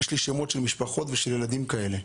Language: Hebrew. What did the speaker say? יש לי שמות של משפחות ושל ילדים כאלה.